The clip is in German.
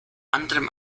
anderem